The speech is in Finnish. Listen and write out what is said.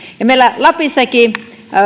ja meillä lapissakin